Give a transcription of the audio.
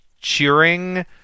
cheering